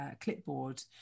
clipboard